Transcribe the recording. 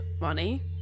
Money